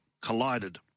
collided